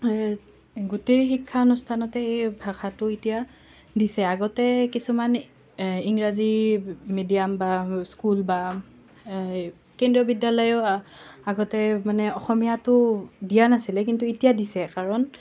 সেই গোটেই শিক্ষা অনুষ্ঠানতেই এই ভাষাটো এতিয়া দিছে আগতে কিছুমান ইংৰাজী মেডিয়াম বা স্কুল বা কেন্দ্ৰীয় বিদ্যালয় আগতে মানে অসমীয়াটো দিয়া নাছিলে কিন্তু এতিয়া দিছে কাৰণ